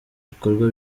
bikorwa